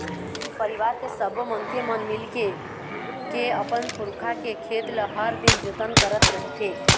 परिवार के सब्बो मनखे मन मिलके के अपन पुरखा के खेत ल हर दिन जतन करत रहिथे